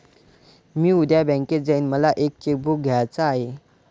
मी उद्या बँकेत जाईन मला एक चेक बुक घ्यायच आहे